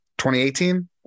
2018